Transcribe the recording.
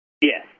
Yes